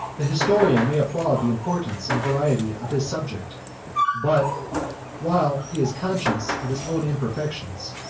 the historian may applaud the importance and variety of his subject but while he is conscious of his own imperfections,